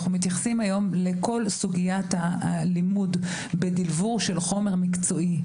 מתייחסים היום לכל סוגיית הלימוד בדברור של חומר מקצועי,